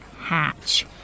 hatch